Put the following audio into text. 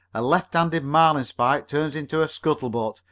a left-handed marlinspike turns into a scuttle-butt,